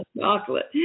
chocolate